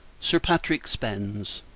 sir patrick spens